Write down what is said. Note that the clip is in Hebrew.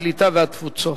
הקליטה והתפוצות.